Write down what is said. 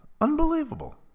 Unbelievable